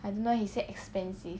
I don't know eh he said expensive